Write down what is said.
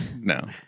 No